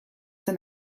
zen